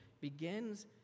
begins